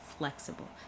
Flexible